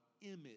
image